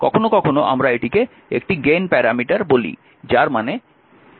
কখনও কখনও আমরা এটিকে একটি গেইন প্যারামিটার বলি যার মান 3